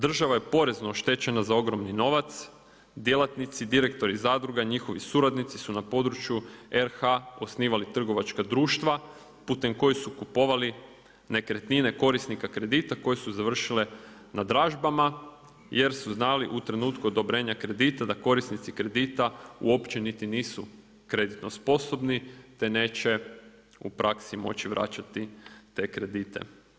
Država je porezno oštećena za ogromni novac, djelatnici, direktori zadruga i njihovi suradnici su na području RH osnivali trgovačka društva putem kojih su kupovali nekretnine korisnika kredita koje su završile na držabama jer su znali u trenutku odobrenja kredita da korisnici kredita uopće niti nisu kreditno sposobni te neće u praksi moći vratiti te kredite.